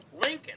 Lincoln